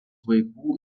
vaikų